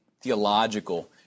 theological